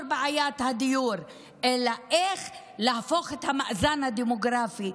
בעיית הדיור אלא איך להפוך את המאזן הדמוגרפי,